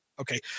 Okay